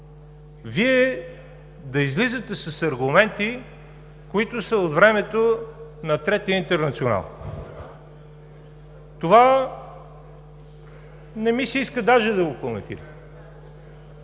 Вие да излизате с аргументи, които са от времето на третия интернационал. Това не ми се иска дори да го коментирам.